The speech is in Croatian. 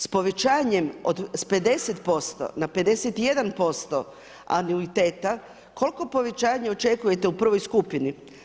S povećanjem s 50% na 51% anuiteta, koliko povećanje očekujete u prvoj skupini?